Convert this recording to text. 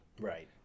Right